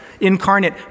incarnate